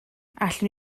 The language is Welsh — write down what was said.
allwn